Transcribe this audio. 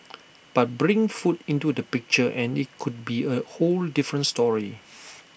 but bring food into the picture and IT could be A whole different story